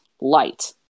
light